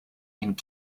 and